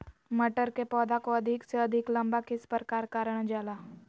मटर के पौधा को अधिक से अधिक लंबा किस प्रकार कारण जाला?